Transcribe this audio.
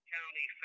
County